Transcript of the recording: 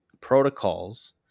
protocols